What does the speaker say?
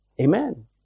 Amen